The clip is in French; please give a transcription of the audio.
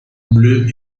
bleu